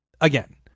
again